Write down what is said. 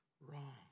wrong